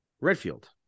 Redfield